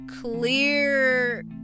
clear